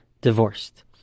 divorced